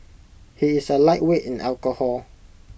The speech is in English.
he is A lightweight in alcohol